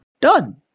done